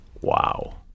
Wow